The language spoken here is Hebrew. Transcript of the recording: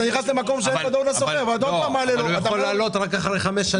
שלחתי לך תחשיב בכוונה,